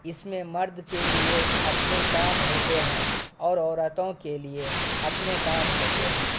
اس میں مرد کے لیے اپنے کام ہوتے ہیں اور عورتوں کے لیے اپنے کام ہوتے ہیں